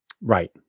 Right